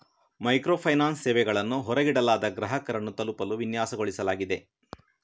micro finance ಸೇವೆಗಳನ್ನು ಹೊರಗಿಡಲಾದ ಗ್ರಾಹಕರನ್ನು ತಲುಪಲು ವಿನ್ಯಾಸಗೊಳಿಸಲಾಗಿದೆ